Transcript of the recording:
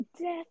Death